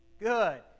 Good